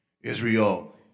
Israel